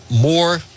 more